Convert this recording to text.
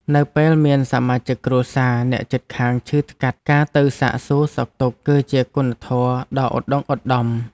នៅពេលមានសមាជិកគ្រួសារអ្នកជិតខាងឈឺថ្កាត់ការទៅសាកសួរសុខទុក្ខ គឺជាគុណធម៌ដ៏ឧត្តុង្គឧត្តម។